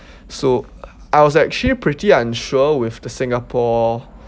so I was actually pretty unsure with the singapore